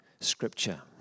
Scripture